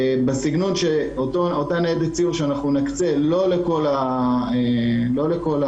בסגנון שנקצה לא לכל הרשויות.